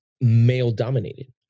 male-dominated